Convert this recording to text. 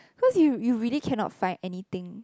cause you you really cannot find anything